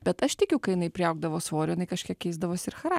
bet aš tikiu kai jinai priaugdavo svorio tai kažkiek keisdavosi ir chara